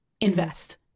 invest